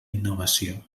innovació